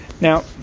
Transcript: Now